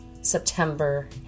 September